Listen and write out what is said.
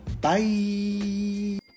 Bye